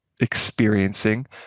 experiencing